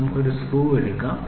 നമുക്ക് ഒരു സ്ക്രൂ എടുക്കാം